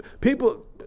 people